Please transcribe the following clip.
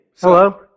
Hello